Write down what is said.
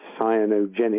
cyanogenic